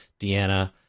Deanna